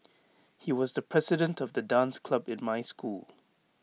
he was the president of the dance club in my school